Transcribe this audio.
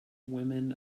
women